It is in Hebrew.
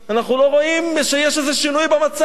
אנחנו לא רואים שיש איזה שינוי במצב.